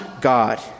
God